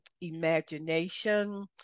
imagination